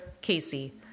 Casey